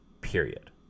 period